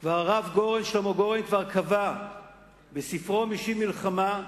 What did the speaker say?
כבר הרב שלמה גורן קבע בספרו "משיב מלחמה",